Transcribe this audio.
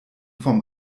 vom